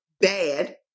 bad